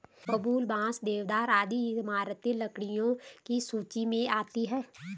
बबूल, बांस, देवदार आदि इमारती लकड़ियों की सूची मे आती है